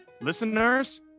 listeners